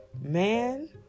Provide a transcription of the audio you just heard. man